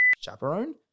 chaperone